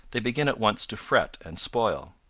they begin at once to fret and spoil.